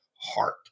heart